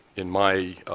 in my